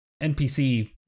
NPC